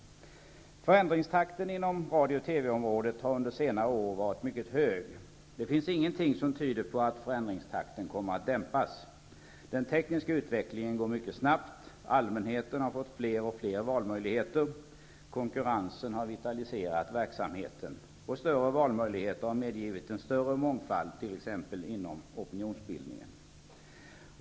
Förändringstakten inom radio och TV-området har under senare år varit mycket hög. Det finns ingenting som tyder på att förändringstakten kommer att dämpas. Den tekniska utvecklingen går mycket snabbt. Allmänheten har fått fler och fler valmöjligheter, konkurrensen har vitaliserat verksamheten, och större valmöjligheter har medgivit en större mångfald t.ex. inom opinionsbildningen.